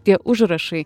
tie užrašai